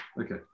Okay